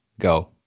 Go